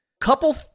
Couple